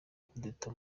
kudeta